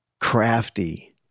crafty